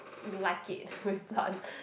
mm like it with plants